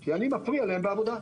כי אני מפריע להם בעבודה.